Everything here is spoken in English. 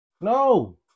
No